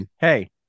hey